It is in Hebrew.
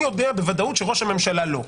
אני יודע בוודאות שראש הממשלה לא.